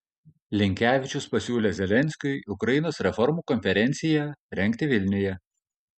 linkevičius pasiūlė zelenskiui ukrainos reformų konferenciją rengti vilniuje